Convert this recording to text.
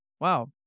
Wow